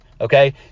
okay